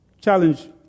challenge